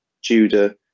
Judah